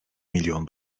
milyon